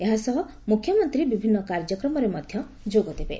ଏହାସହ ମୁଖ୍ୟମନ୍ତୀ ବିଭିନ୍ କାର୍ଯ୍ୟକ୍ରମରେ ମଧ୍ୟ ଯୋଗଦେବେ